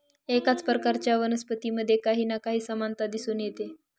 एकाच प्रकारच्या वनस्पतींमध्ये काही ना काही समानता दिसून येते